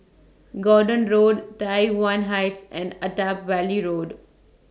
Gordon Road Tai one Heights and Attap Valley Road